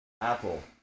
Apple